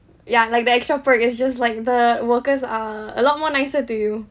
ya like the extra perk is just like the workers are a lot more nicer to you